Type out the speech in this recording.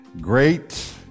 Great